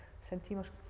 sentimos